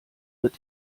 wird